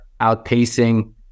outpacing